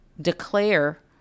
declare